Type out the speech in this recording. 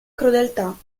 crudeltà